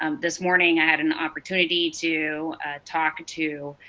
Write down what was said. um this morning i had and the opportunity to talk to